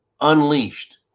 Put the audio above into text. unleashed